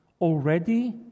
already